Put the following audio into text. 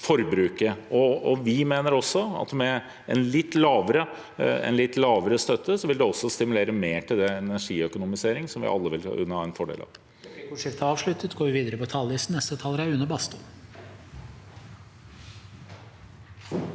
Vi mener også at en litt lavere støtte vil stimulere mer til energiøkonomisering, som alle vil kunne ha en fordel av.